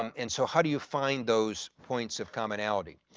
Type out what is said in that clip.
um and so how do you find those points of commonality?